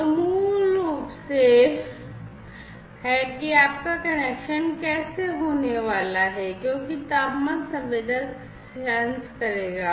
तो यह मूल रूप से है कि आपका कनेक्शन कैसे होने वाला है क्योंकि तापमान संवेदक सेंस करेगा